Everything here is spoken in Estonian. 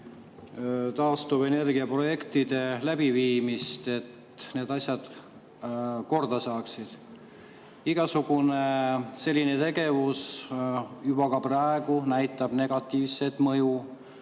taastuvenergia projektide läbiviimist, et need asjad korda saaksid. Igasugune selline tegevus juba ka praegu näitab negatiivset mõju